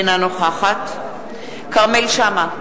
אינה נוכחת כרמל שאמה,